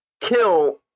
kill